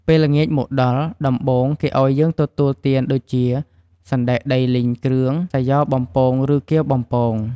ពេលល្ងាចមកដល់ ដំបូងគេឲ្យយើងទទួលទានដូចជា សណ្តែកដីលីងគ្រឿង សាយ៉បំពងឬគាវបំពង ។